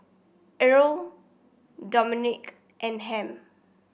Irl Dominique and Ham